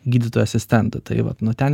gydytojo asistentu tai vat nuo ten